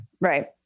Right